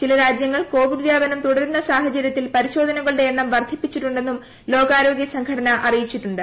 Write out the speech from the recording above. ചില രാജ്യങ്ങൾ കോവിഡ് വ്യാപനം പ്രത്യുട്രുന്ന സാഹചര്യത്തിൽ പരിശോധനകളുടെ എണ്ണം വർദ്ധിപ്പിച്ചുണ്ടെന്നും ലോകാരോഗ്യ സംഘടന അറിയിച്ചുണ്ട്